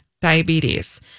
diabetes